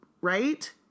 right